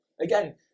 again